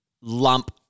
lump